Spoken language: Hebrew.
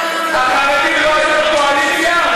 החרדים לא היו בקואליציה?